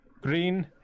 green